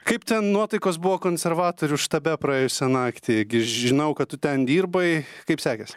kaip ten nuotaikos buvo konservatorių štabe praėjusią naktį gi žinau kad tu ten dirbai kaip sekėsi